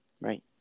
right